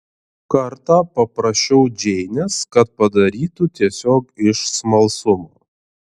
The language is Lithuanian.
kartą paprašiau džeinės kad padarytų tiesiog iš smalsumo